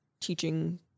teaching